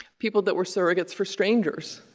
people that were surrogates for strangers.